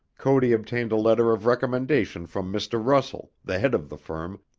cody obtained a letter of recommendation from mr. russell, the head of the firm,